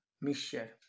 mixture